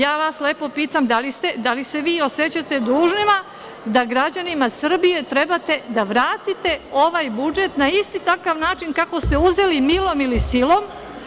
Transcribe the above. Ja vas lepo pitam da li se vi osećati dužnima da građanima Srbije trebate da vratite ovaj budžet na isti takav način kako ste uzeli, milom ili silom?